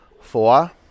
Four